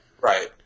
Right